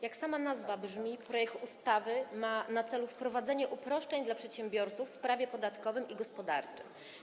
Jak sama nazwa wskazuje, projekt ustawy ma na celu wprowadzenie uproszczeń dla przedsiębiorców w prawie podatkowym i gospodarczym.